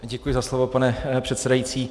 Děkuji za slovo, pane předsedající.